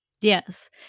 yes